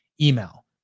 email